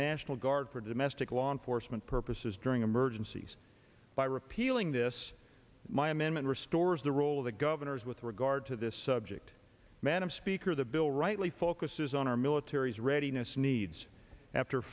national guard for domestic law enforcement purposes during emergencies by repealing this my amendment restores the role of the governors with regard to this subject madam speaker the bill rightly focuses on our military's readiness needs after